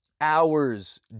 hours